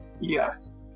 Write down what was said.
Yes